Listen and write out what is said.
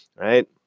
right